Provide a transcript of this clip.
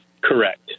Correct